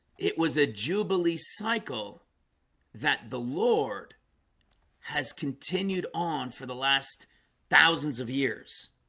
it was a jubilee cycle that the lord has continued on for the last thousands of years